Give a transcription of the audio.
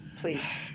please